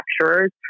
manufacturers